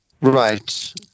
Right